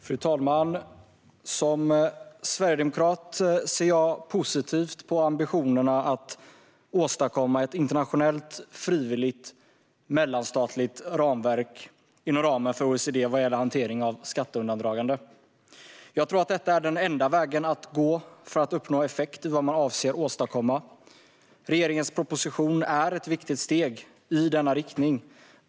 Fru talman! Som sverigedemokrat ser jag positivt på ambitionerna att åstadkomma ett internationellt, frivilligt, mellanstatligt ramverk inom ramen för OECD vad gäller hantering av skatteundandragande. Jag tror att detta är den enda vägen att gå för att uppnå effekt i vad man avser att åstadkomma. Regeringens proposition är ett viktigt steg i denna riktning.